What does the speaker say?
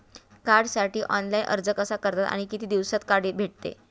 कार्डसाठी ऑनलाइन अर्ज कसा करतात आणि किती दिवसांत कार्ड भेटते?